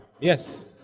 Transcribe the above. Yes